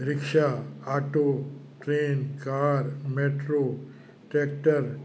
rickshaw auto train car metro tractor